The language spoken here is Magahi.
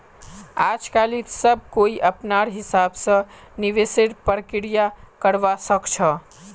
आजकालित सब कोई अपनार हिसाब स निवेशेर प्रक्रिया करवा सख छ